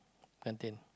until